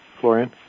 Florian